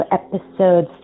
episode